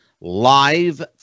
live